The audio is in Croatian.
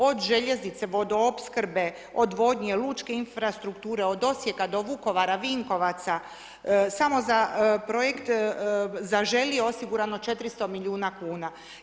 Od željeznice, vodoopskrbe, odvodnje, lučke infrastrukture, od Osijeka do Vukovara, Vinkovaca, samo za projekt „Zaželi“ osigurano 400 milijuna kuna.